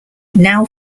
now